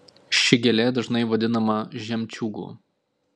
ši gėlė dažnai vadinama žemčiūgu